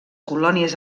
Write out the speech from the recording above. colònies